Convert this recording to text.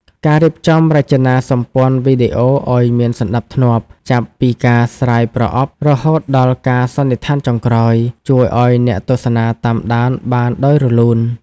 ការរៀបចំរចនាសម្ព័ន្ធវីដេអូឱ្យមានសណ្តាប់ធ្នាប់ ចាប់ពីការស្រាយប្រអប់ រហូតដល់ការសន្និដ្ឋានចុងក្រោយ ជួយឱ្យអ្នកទស្សនាតាមដានបានដោយរលូន។